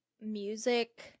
music